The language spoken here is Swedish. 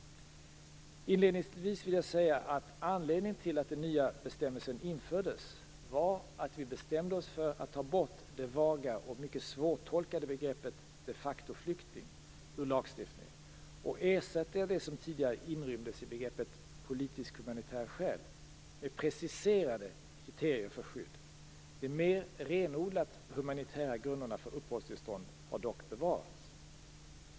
Inledningsvis vill jag säga att anledningen till att den nya bestämmelsen infördes var att vi bestämde oss för att ta bort det vaga och mycket svårtolkade begreppet de facto-flykting ur lagstiftningen och ersätta det som tidigare inrymdes i begreppet politiskhumanitära skäl med preciserade kriterier för skydd. De mer renodlat humanitära grunderna för uppehållstillstånd har dock bevarats.